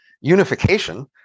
unification